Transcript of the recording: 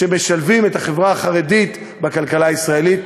שמשלבים את החברה החרדית בכלכלה הישראלית.